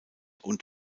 und